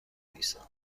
نویسم